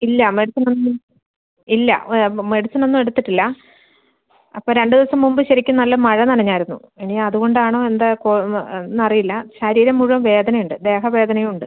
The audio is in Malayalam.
ഇല്ല മെഡിസിൻ ഒന്നും ഇല്ല മെഡിസിൻ ഒന്നും എടുത്തിട്ടില്ല അപ്പോ രണ്ട് ദിവസം മുമ്പ് ശരിക്കും നല്ല മഴ നനഞ്ഞായിരുന്നു ഇനി അതുകൊണ്ട് ആണോ എന്താണ് ചുമ അറിയില്ല ശരീരം മുഴുവൻ വേദന ഉണ്ട് ദേഹ വേദനയും ഉണ്ട്